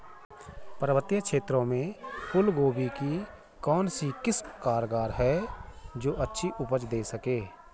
पर्वतीय क्षेत्रों में फूल गोभी की कौन सी किस्म कारगर है जो अच्छी उपज दें सके?